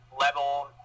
level